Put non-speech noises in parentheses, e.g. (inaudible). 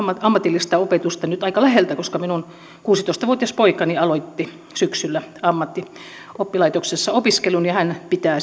ammatillista opetusta nyt aika läheltä koska minun kuusitoista vuotias poikani aloitti syksyllä ammattioppilaitoksessa opiskelun ja hän pitää (unintelligible)